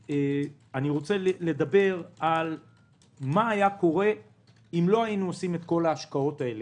אני רוצה לומר מה היה קורה אם לא היינו עושים את ההשקעות האלה.